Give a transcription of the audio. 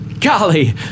Golly